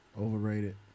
Overrated